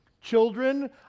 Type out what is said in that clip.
Children